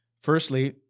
Firstly